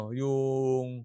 yung